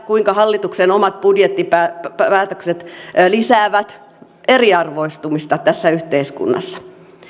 kuinka hallituksen omat budjettipäätökset lisäävät eriarvoistumista tässä yhteiskunnassa